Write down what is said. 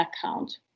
account